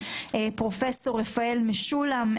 פרופ' רפאל משולם,